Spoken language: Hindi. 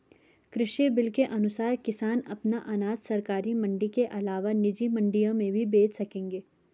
कृषि बिल के अनुसार किसान अपना अनाज सरकारी मंडी के अलावा निजी मंडियों में भी बेच सकेंगे